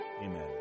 Amen